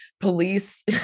police